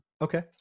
Okay